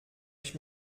ich